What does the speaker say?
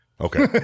Okay